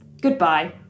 Goodbye